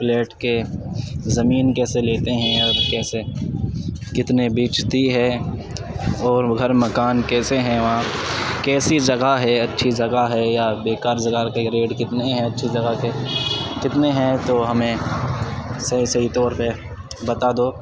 flat کے زمین کیسے لیتے ہیں اور کیسے کتنے بیچتی ہے اور گھر مکان کیسے ہیں وہاں کیسی جگہ ہے اچھی جگہ ہے یا بیکار جگہ کی ریٹ کتنی ہے اچھی جگہ کے کتنے ہیں تو ہمیں صحیح صحیح طور پہ بتا دو